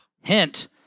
hint